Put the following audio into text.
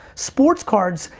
sports cards,